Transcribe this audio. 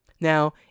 Now